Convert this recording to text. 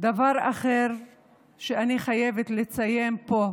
דבר אחר שאני חייבת לציין פה,